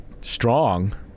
strong